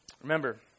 Remember